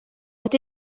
what